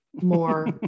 more